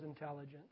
intelligence